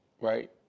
Right